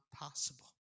possible